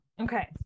Okay